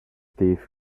teeth